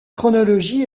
chronologie